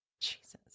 Jesus